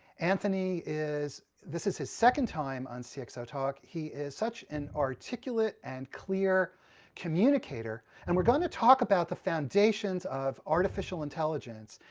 anthony is, this is his second time on cxotalk. he is such an articulate and clear communicator, and we're going to talk about the foundations of artificial intelligence,